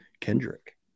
Kendrick